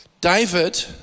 David